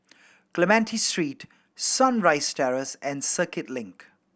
Clementi Street Sunrise Terrace and Circuit Link